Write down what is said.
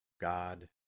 God